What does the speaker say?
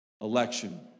election